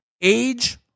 Age